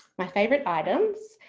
my favorite items.